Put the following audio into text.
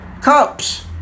cups